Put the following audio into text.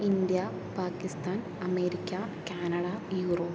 India Pakistan America Canada Europe